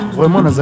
Vraiment